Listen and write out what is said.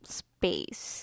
space